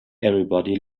everybody